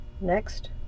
Next